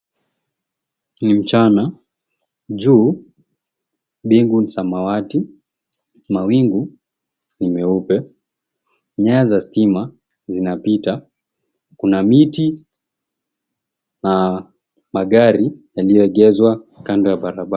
Ni mchana juu bingu ni samawati, mawingu ni meupe, nyaya za stima zinapita, kuna miti na magari yaliyoegezwa kando ya barabara.